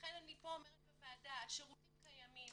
לכן אני אומרת פה בוועדה השירותים קיימים,